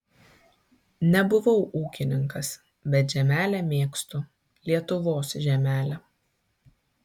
nebuvau ūkininkas bet žemelę mėgstu lietuvos žemelę